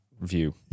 view